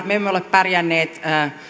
me emme ole pärjänneet